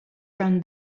from